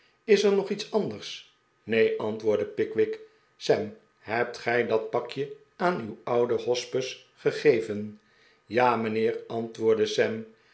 is er nog iets anders neen antwoordde pickwick sam hebt gij dat pakje aah uw ouden hospes gegeven ja mijnheer antwoordde sam